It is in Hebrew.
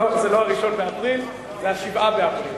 לא, זה לא ה-1 באפריל, זה ה-7 באפריל.